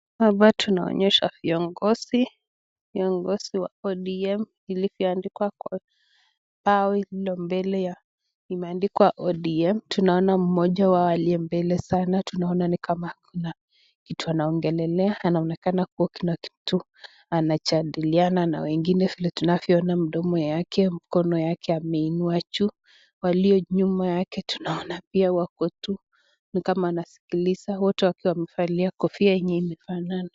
Hapa tunaonyeshwa viongozi, viongozi wa ODM iliyobandikwa kwa bao lililo mbele yao. Imeandikwa ODM tunaona mmoja wao aliye mbele sana, tunaona ni kama kuna kitu anaongelelea anaonekana kuwa kuna kitu anajadiliana na wengine. Vile tunavyoona mdono yake, mkono yake ameinua juu walio nyuma yake tunaona pia wako tu ni kama wanasikiliza wote wakiwa wamevalia kofia yenye imefanana.